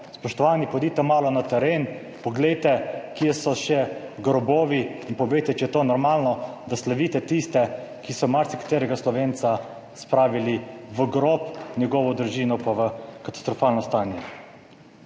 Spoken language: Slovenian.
Spoštovani, pojdite malo na teren, poglejte, kje so še grobovi, in povejte, če je normalno to, da slavite tiste, ki so marsikaterega Slovenca spravili v grob, njegovo družino pa v katastrofalno stanje.